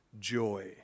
joy